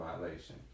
violation